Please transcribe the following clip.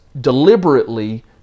deliberately